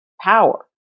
power